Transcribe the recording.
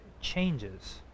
changes